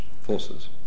forces